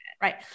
right